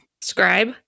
Scribe